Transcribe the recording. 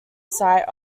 site